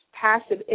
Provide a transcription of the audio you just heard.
passive